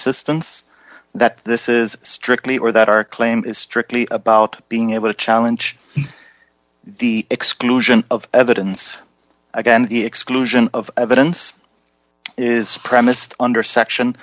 insistence that this is strictly or that our claim is strictly about being able to challenge the exclusion of evidence again to the exclusion of evidence is premised under section